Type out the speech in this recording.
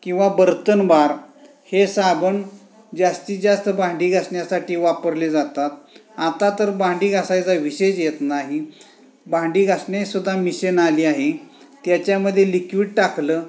किंवा बर्तनबार हे साबण जास्तीत जास्त भांडी घासण्यासाठी वापरले जातात आता तर भांडी घासायचा विषयच येत नाही भांडी घासणेसुद्धा मिशेन आली आहे त्याच्यामध्ये लिक्विड टाकलं